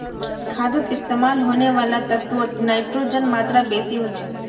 खादोत इस्तेमाल होने वाला तत्वोत नाइट्रोजनेर मात्रा बेसी होचे